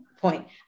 point